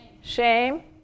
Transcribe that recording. shame